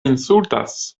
insultas